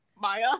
Maya